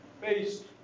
based